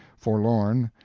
forlorn,